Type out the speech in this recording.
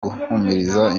guhumuriza